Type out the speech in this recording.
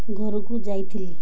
ଘରକୁ ଯାଇଥିଲି